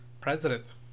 president